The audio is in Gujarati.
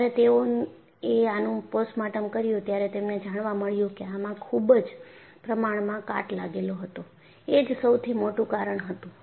જ્યારે તેઓએ આનું પોસ્ટમોર્ટમ કર્યું ત્યારે તેમને જાણવા મળ્યું કે આમાં ખુબજ પ્રમાણ માં કાટ લાગેલો હતો એજ સૌથી મોટું કારણ હતું